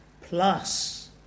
plus